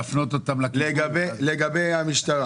להפנות אותם לטיפול --- לגבי המשטרה,